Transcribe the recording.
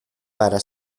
para